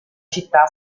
città